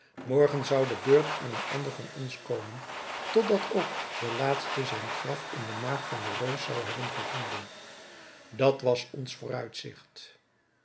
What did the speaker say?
morgen zou de beurt aan een ander van ons komen tot dat ook de laatste zijn graf in den maag van den reus zou hebben gevonden dat was ons vooruitzigt